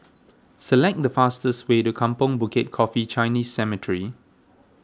select the fastest way to Kampong Bukit Coffee Chinese Cemetery